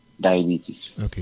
diabetes